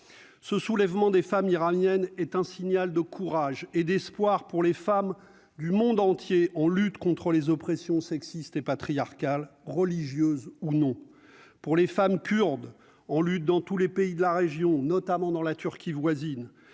ce soulèvement des femmes iraniennes est un signal de courage et d'espoir pour les femmes du monde entier en lutte contre les oppression sexiste et patriarcale religieuses ou non, pour les femmes kurdes en lutte dans tous les pays de la région, notamment dans la Turquie voisine